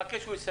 רק רוצה לתקן.